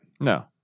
No